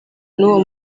n’uwo